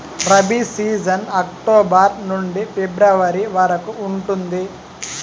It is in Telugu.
రబీ సీజన్ అక్టోబర్ నుండి ఫిబ్రవరి వరకు ఉంటుంది